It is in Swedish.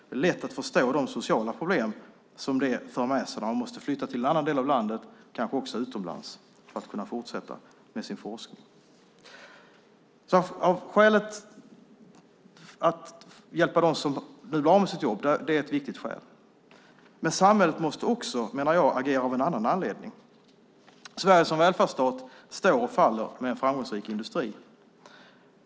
Det är lätt att förstå de sociala problem som uppstår när man måste flytta till en annan del av landet, kanske till och med utomlands, för att kunna fortsätta med sin forskning. Att hjälpa dem som blir av med sina jobb är viktigt. Men samhället måste också agera av en annan anledning. Sverige som välfärdsstat står och faller med en framgångsrik industri.